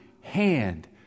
hand